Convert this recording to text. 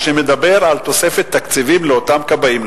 שמדבר על תוספת תקציבים לאותם כבאים,